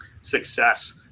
success